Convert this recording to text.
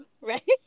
right